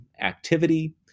activity